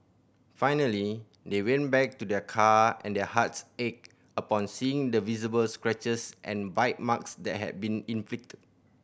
finally they went back to their car and their hearts ached upon seeing the visible scratches and bite marks that had been inflicted